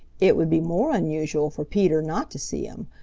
it would be more unusual for peter not to see him,